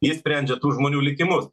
ji sprendžia tų žmonių likimus